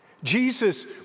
Jesus